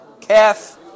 calf